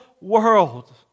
world